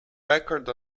record